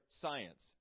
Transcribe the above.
science